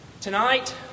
Tonight